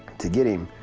to get him.